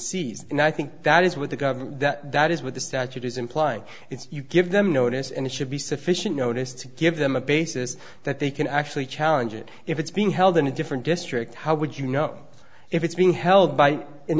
seized and i think that is what the governor that that is what the statute is implying it's you give them notice and it should be sufficient notice to give them a basis that they can actually challenge it if it's being held in a different district how would you know if it's being held by an